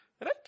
Right